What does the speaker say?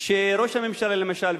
שראש הממשלה למשל,